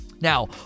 now